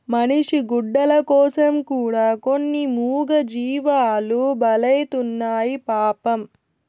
మనిషి గుడ్డల కోసం కూడా కొన్ని మూగజీవాలు బలైతున్నాయి పాపం